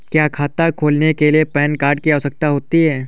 क्या खाता खोलने के लिए पैन कार्ड की आवश्यकता होती है?